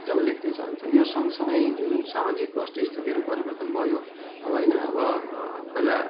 जब लेख्ने चलन थियो यो सँग सँगै जुन सामाजिक वस्तु स्थितिहरू परिवर्तन भयो अब होइन अब पहिला